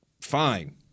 fine